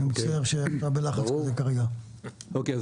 אוקיי,